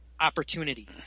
Opportunity